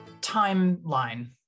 timeline